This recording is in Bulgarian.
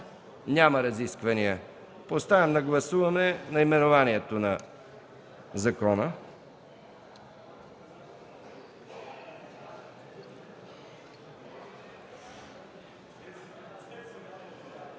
ли разисквания? Няма. Поставям на гласуване наименованието на закона.